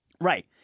right